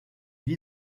vit